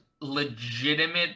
legitimate